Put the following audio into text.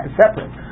separate